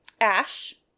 Ash